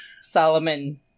Solomon